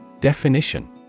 Definition